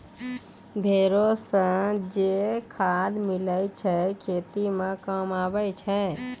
भेड़ो से जे खाद मिलै छै खेती मे काम आबै छै